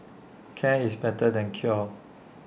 care is better than cure